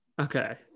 Okay